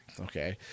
Okay